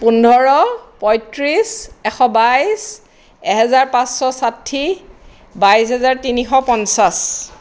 পোন্ধৰ পঁয়ত্ৰিছ এশ বাইছ এহেজাৰ পাঁচশ ষাঠি বাইছ হাজাৰ তিনিশ পঞ্চাছ